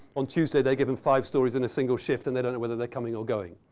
on tuesday, they give them five stories in a single shift and they don't know whether they're coming or going.